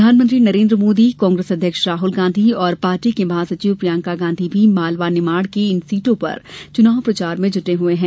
प्रधानमंत्री नरेन्द्र मोदी कांग्रेस अध्यक्ष राहुल गांधी और पार्टी की महासचिव प्रियंका गांधी भी मालवा निमाड़ की इन सीटों पर चुनाव प्रचार में जुटे हैं